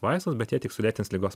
vaistus bet jie tik sulėtins ligos